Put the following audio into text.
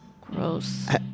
Gross